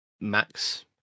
max